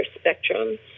spectrum